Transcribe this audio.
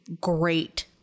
great